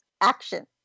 action